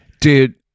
Dude